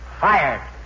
Fired